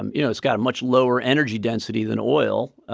um you know it's got a much lower energy density than oil.